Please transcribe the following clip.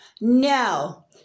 No